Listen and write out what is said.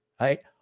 Right